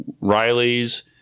Riley's